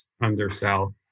undersell